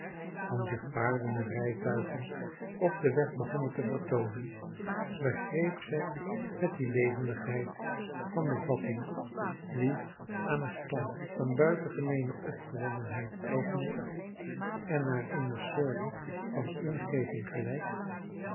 toen zich paarden en rijtuigen op den weg begonnen te vertoonen begreep zij met die levendigheid van bevatting die aan een staat van buitengemeene opgewondenheid eigen is en naar eene soort van ingeving gelijkt